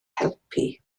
helpu